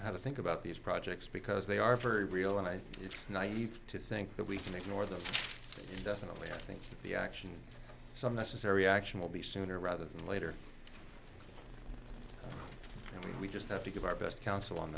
how to think about these projects because they are very real and i it's naive to think that we ignore them definitely i think the action some necessary action will be sooner rather than later we just have to give our best counsel on